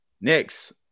Next